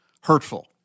hurtful